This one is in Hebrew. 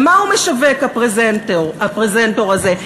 ומה הוא משווק, הפרזנטור הזה?